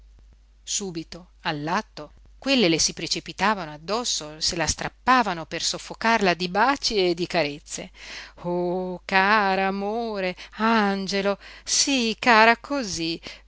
subito all'atto quelle le si precipitavano addosso se la strappavano per soffocarla di baci e di carezze oh cara amore angelo sí cara cosí